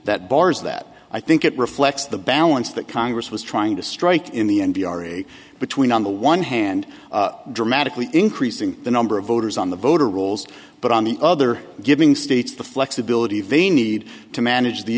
that bars that i think it reflects the balance that congress was trying to strike in the n b r e between on the one hand dramatically increasing the number of voters on the voter rolls but on the other giving states the flexibility they need to manage the